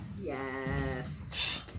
Yes